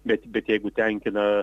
bet bet jeigu tenkina